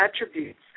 attributes